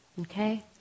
Okay